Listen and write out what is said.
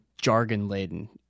jargon-laden